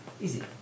Easy